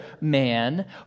man